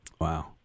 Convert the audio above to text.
Wow